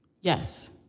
Yes